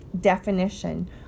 definition